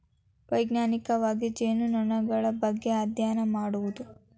ವೈಜ್ಞಾನಿಕವಾಗಿ ಜೇನುನೊಣಗಳ ಬಗ್ಗೆ ಅದ್ಯಯನ ಮಾಡುದು